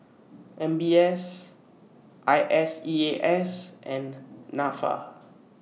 M B S I S E A S and Nafa